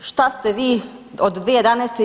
Šta ste vi od 2011.